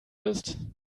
ist